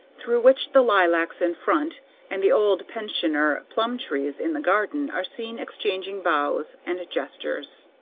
through which the lilacs in front and the old pensioner plum-trees in the garden are seen exchanging bows and gestures.